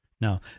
Now